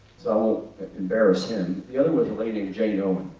so embarrass him. the other was a lady named jane owen.